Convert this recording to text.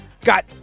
Got